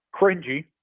cringy